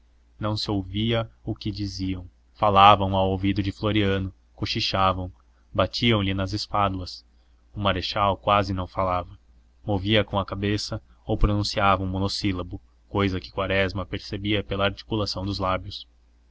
não se ouvia o que diziam falavam ao ouvido de floriano cochichavam batiam-lhe nas espáduas o marechal quase não falava movia com a cabeça ou pronunciava um monossílabo cousa que quaresma percebia pela articulação dos lábios